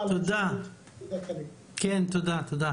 ליאור, תרצה